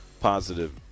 positive